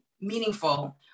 meaningful